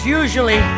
usually